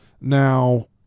Now